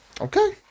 Okay